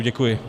Děkuji.